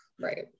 Right